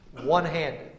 one-handed